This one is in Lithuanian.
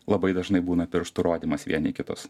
labai dažnai būna pirštų rodymas vieni į kitus